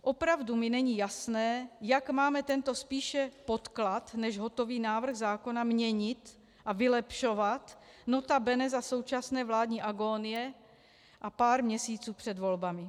Opravdu mi není jasné, jak máme tento spíše podklad než hotový návrh zákona měnit a vylepšovat, nota bene za současné vládní agonie a pár měsíců před volbami.